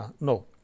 No